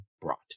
brought